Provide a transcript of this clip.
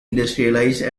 industrialized